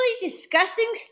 discussing